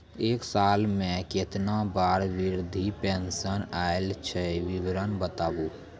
एक साल मे केतना बार वृद्धा पेंशन आयल छै विवरन बताबू?